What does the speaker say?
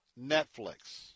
Netflix